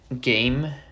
game